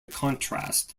contrast